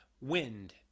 wind